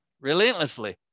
relentlessly